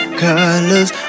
colors